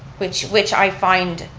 which which i find